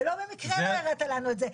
לא במקרה לא הראת לנו את זה.